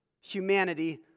humanity